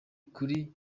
kuri